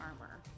armor